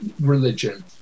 religion